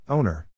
Owner